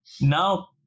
Now